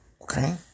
Okay